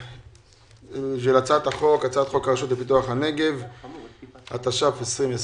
לא רק שלא נפגעו --- רק נעשה אפילו יותר.